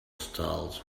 stalls